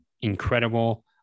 incredible